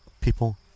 people